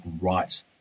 right